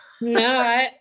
no